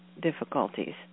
difficulties